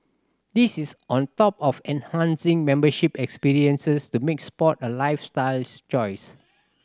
this is on top of enhancing membership experiences to make sport a lifestyles choice